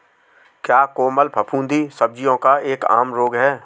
क्या कोमल फफूंदी सब्जियों का एक आम रोग है?